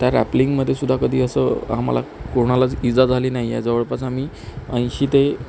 त्या रॅप्लिंगमध्ये सुद्धा कधी असं आम्हाला कोणालाच इजा झाली नाही आहे जवळपास आम्ही ऐंशी ते